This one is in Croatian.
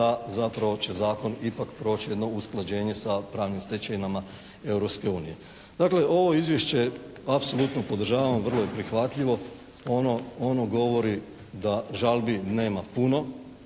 da zapravo će zakon ipak proći jedno usklađenje sa pravnim stečevinama Europske unije. Dakle, ovo Izvješće apsolutno podržavam i vrlo je prihvatljivo. Ono govori da žalbi nema puno